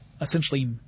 essentially